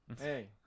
Hey